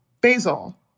basil